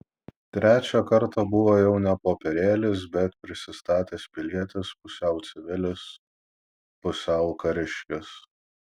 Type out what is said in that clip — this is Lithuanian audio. trečią kartą buvo jau ne popierėlis bet prisistatęs pilietis pusiau civilis pusiau kariškis